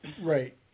Right